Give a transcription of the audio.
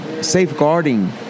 safeguarding